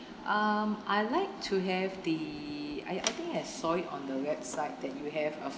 um I'd like to have the I I think I saw it on the website that you have a